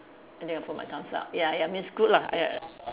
I think I put my thumbs up ya ya means good lah